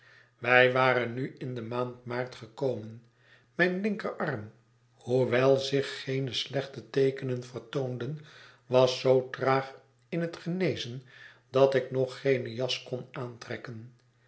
wij waren nu in de maand maart gekomen mijn linkerarm hoewel zich geene slechte teekenen vertoonden was zoo traag in het genezen dat ik nog geene jas kon aantrekken